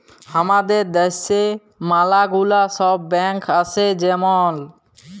হামাদের দ্যাশে ম্যালা গুলা সব ব্যাঙ্ক আসে যেমল